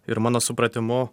ir mano supratimu